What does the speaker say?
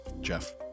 Jeff